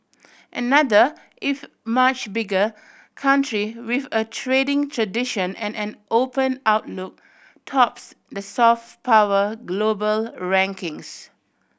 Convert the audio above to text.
another if much bigger country with a trading tradition and an open outlook tops the soft power global rankings